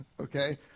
okay